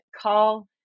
call